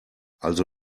also